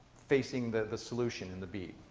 facing the solution, in the bead.